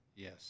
Yes